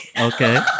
Okay